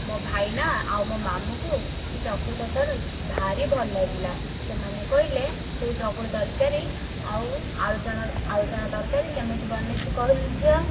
ମୋ ଭାଇନା ଆଉ ମୋ ମାମୁଁକୁ ସେ ଚକୁଳି ତରକାରୀ ଭାରି ଭଲ ଲାଗିଲା ସେମାନେ କହିଲେ ତୁ ଚକୁଳି ତରକାରୀ ଆଉ ଆଳୁଚଣା ଆଳୁଚଣା ତରକାରୀ କେମିତି ବନେଇଛୁ କହିଲୁ ଝିଅ